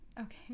okay